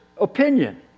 opinion